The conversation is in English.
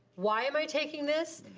why am i taking this,